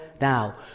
Now